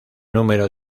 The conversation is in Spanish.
número